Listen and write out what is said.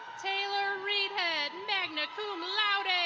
taylor reedhead, magna cum ah